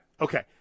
okay